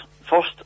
first